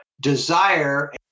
desire